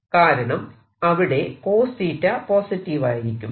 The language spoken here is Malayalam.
കാരണം അവിടെ പോസിറ്റീവ് ആയിരിക്കും